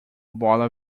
bola